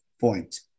point